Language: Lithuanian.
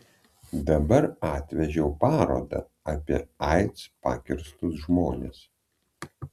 dabar atvežiau parodą apie aids pakirstus žmones